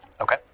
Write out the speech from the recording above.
Okay